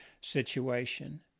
situation